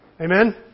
Amen